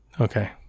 Okay